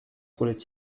roulait